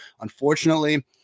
unfortunately